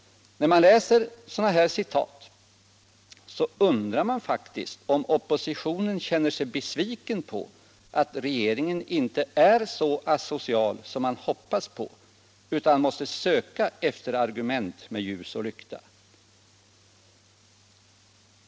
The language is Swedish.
När man läser sådana här uttalanden undrar man faktiskt om oppositionen känner sig besviken över att regeringen inte är så asocial som oppositionen hoppas på utan att oppositionen måste söka efter argument med ljus och lykta.